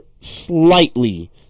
slightly